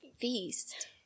Feast